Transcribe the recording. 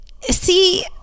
see